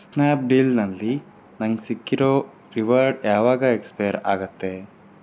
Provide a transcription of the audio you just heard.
snap ಡೀಲ್ನಲ್ಲಿ ನನಗೆ ಸಿಕ್ಕಿರೋ ರಿವಾರ್ಡ್ ಯಾವಾಗ ಎಕ್ಸ್ಪೈರ್ ಆಗುತ್ತೆ